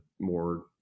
more